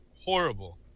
horrible